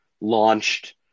launched